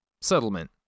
settlement